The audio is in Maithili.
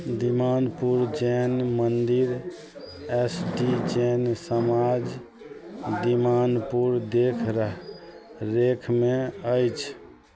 दिमानपुर जैन मन्दिर एस टी जैन समाज दिमानपुर देखरेखमे अछि